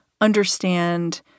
understand